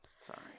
Sorry